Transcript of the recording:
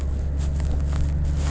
brand new lagi